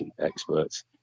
experts